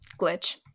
glitch